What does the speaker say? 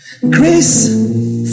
Grace